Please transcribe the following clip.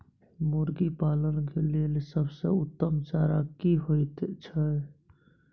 मुर्गी पालन के लेल सबसे उत्तम चारा की होयत छै?